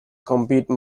compete